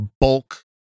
bulk